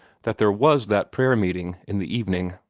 that there was that prayer-meeting in the evening.